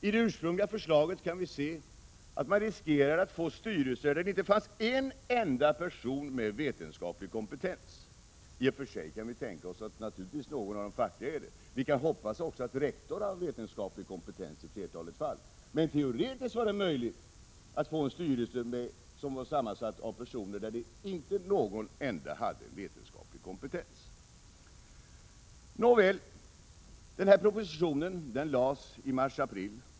I det ursprungliga förslaget kunde man se att man riskerade att få en styrelse där det inte fanns en enda person med vetenskaplig kompetens. I och för sig kan vi tänka oss att någon av de fackliga representanterna hade en sådan kompetens, och vi kan hoppas att rektorn också har vetenskaplig kompetens i flertalet fall. Men teoretiskt var det alltså möjligt att få en styrelse som var sammansatt av personer av vilka inte någon enda hade vetenskaplig kompetens. Nåväl, propositionen lades fram i mars-april.